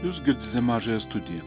jūs girdite mažąją studiją